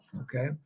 okay